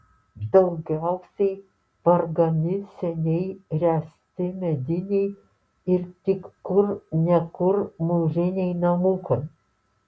daugiausiai vargani seniai ręsti mediniai ir tik kur ne kur mūriniai namukai